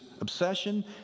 obsession